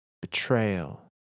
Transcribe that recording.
betrayal